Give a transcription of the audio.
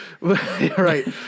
Right